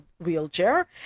Wheelchair